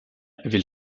will